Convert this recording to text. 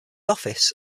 office